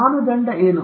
ಮಾನದಂಡ ಏನು